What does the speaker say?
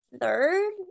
Third